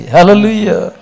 Hallelujah